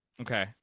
Okay